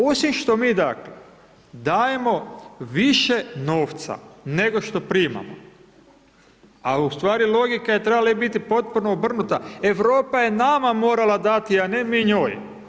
Osim što mi, dakle, dajemo više novca nego što primamo, a u stvari logika je trebala biti potpuno obrnuta, Europa je nama morala dati, a ne mi njoj.